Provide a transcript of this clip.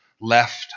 left